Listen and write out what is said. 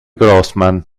grossman